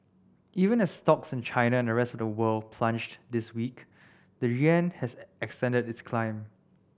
even as stocks in China and the rest of the world plunged this week the yuan has extended its climb